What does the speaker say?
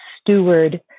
steward